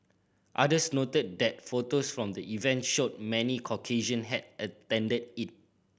others noted that photos from the event showed many Caucasian had attended it